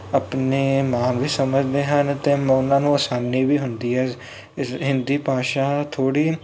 ਆਪਣੇ ਮਾਣ ਵੀ ਸਮਝਦੇ ਹਨ ਅਤੇ ਮੈਂ ਉਹਨਾਂ ਨੂੰ ਆਸਾਨੀ ਵੀ ਹੁੰਦੀ ਹੈ ਇਸ ਹਿੰਦੀ ਭਾਸ਼ਾ ਥੋੜ੍ਹੀ